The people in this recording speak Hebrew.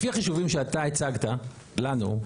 לפי החישובים שאתה הצגת לנו,